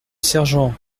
sergent